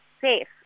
safe